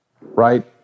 right